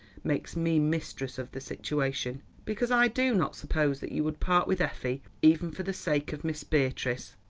makes me mistress of the situation, because i do not suppose that you would part with effie even for the sake of miss beatrice.